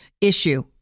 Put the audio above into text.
issue